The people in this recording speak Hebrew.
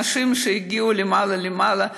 אנשים שהגיעו למעלה למעלה,